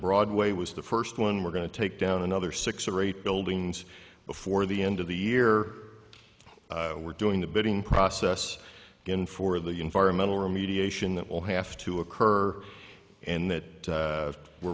broadway was the first one we're going to take down another six or eight buildings before the end of the year we're doing the bidding process going forward the environmental remediation that will have to occur and that we're